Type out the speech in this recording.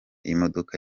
imodoka